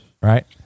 right